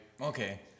okay